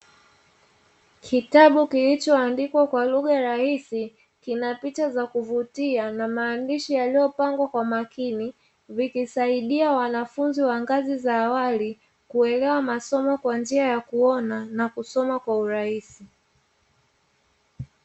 Kitabu kilichoandikwa kwa lugha rahisi, kina picha za kuvutia na maandishi yaliyopangwa kwa makini, vikisaidia wanafunzi wa ngazi za awali, kuelewa masomo kwa njia ya kuona na kusoma kwa urahisi.